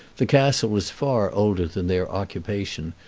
the castle was far older than their occupation,